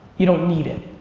you don't need it.